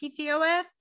PCOS